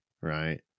right